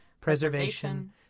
preservation